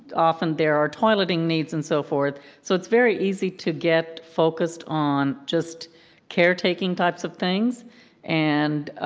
often there are toileting needs and so forth, so it's very easy to get focused on just care taking types of things and